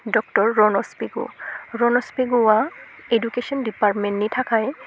doctor Ranoj Pegu Ranoj पेगुआ education दिफार्टमेन्टनि थाखाय